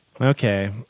Okay